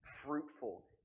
fruitful